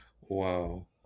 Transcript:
Wow